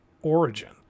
origin